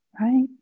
right